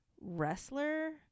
wrestler